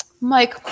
Mike